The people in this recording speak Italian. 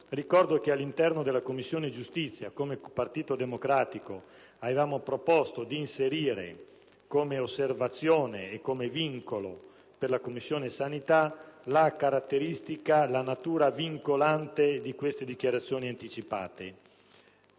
Ricordo che all'interno della Commissione giustizia, come Partito Democratico, avevamo proposto di inserire nel parere di merito, come vincolo per la Commissione sanità, la natura vincolante di tali dichiarazioni anticipate.